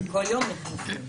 אבל כל יום נכנסים.